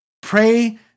Pray